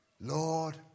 Lord